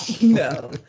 No